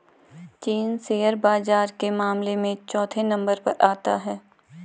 चीन शेयर बाजार के मामले में चौथे नम्बर पर आता है